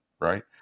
right